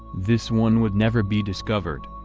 this one would never be discovered.